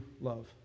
love